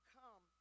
come